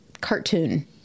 cartoon